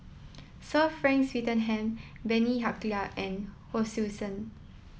Sir Frank Swettenham Bani Haykal and Hon Sui Sen